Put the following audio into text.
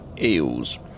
eels